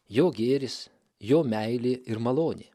jo gėris jo meilė ir malonė